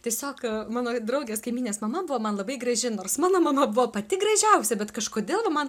tiesiog mano draugės kaimynės mama buvo man labai graži nors mano mama buvo pati gražiausia bet kažkodėl nu man